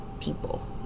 people